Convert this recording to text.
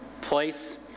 place